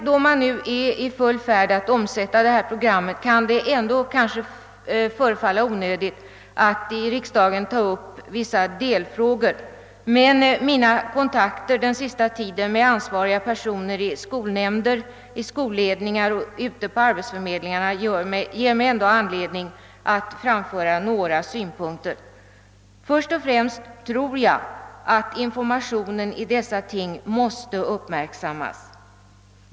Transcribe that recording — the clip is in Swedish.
Då man nu är i full färd att om sätta detta program i handling kan det ändå förefalla onödigt att i riksdagen ta upp vissa delfrågor, men mina kontakter den sista tiden med ansvariga personer i skolnämnder, i skolledningar och ute på arbetsförmedlingarna ger mig ändå anledning framföra några synpunkter. Först och främst tror jag att informationen i dessa ting måste uppmärksammas.